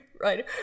right